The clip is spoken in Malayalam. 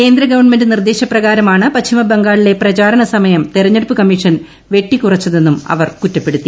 കേന്ദ്ര ഗവൺമെന്റ് നിർദ്ദേശപ്രകാരമാണ് പശ്ചിമബംഗാളിലെ പ്രചാരണ സമയം തെരഞ്ഞെടുപ്പ് കമ്മീഷൻ വെട്ടിക്കറച്ചെതെന്നും അവർ കുറ്റപ്പെടുത്തി